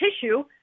tissue